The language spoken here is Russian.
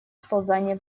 сползания